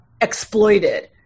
exploited